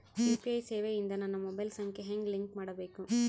UPI ಸೇವೆ ಇಂದ ನನ್ನ ಮೊಬೈಲ್ ಸಂಖ್ಯೆ ಹೆಂಗ್ ಲಿಂಕ್ ಮಾಡಬೇಕು?